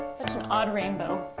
an odd rainbow.